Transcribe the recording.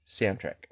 soundtrack